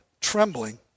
trembling